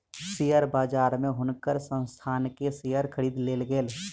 share बजार में हुनकर संस्थान के शेयर खरीद लेल गेल